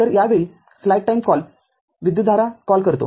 तरयावेळी slide वेळ विद्युतधारा call करतो